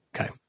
Okay